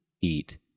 eat